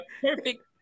perfect